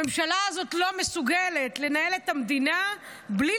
הממשלה הזאת לא מסוגלת לנהל את המדינה בלי